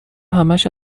همش